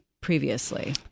Previously